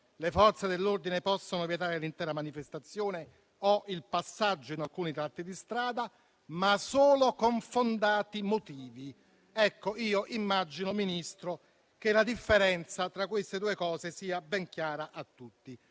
alle Forze dell'ordine, che possono vietare l'intera manifestazione o il passaggio in alcuni tratti di strada, ma solo con fondati motivi. Immagino, signor Ministro, che la differenza tra queste due cose sia ben chiara a tutti.